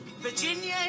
Virginia